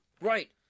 Right